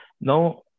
no